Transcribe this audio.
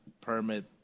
permit